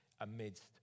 amidst